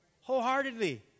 Wholeheartedly